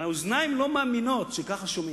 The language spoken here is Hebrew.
האוזניים לא מאמינות שכך שומעים,